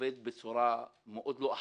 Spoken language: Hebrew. עובדים בצורה מאוד לא אחראית,